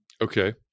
Okay